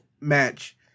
match